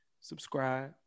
Subscribe